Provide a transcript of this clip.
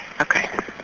Okay